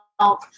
help